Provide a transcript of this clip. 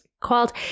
called